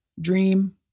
Dream